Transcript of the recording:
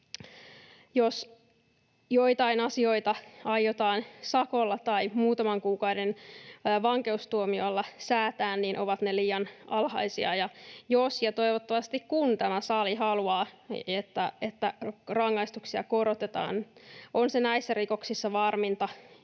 Jos joitain asioita aiotaan sakolla tai muutaman kuukauden vankeustuomiolla säätää, niin ovat ne liian alhaisia. Jos — ja toivottavasti kun — tämä sali haluaa, että rangaistuksia korotetaan, on se näissä rikoksissa varminta